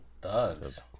Thugs